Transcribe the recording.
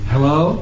Hello